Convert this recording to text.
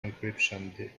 encryption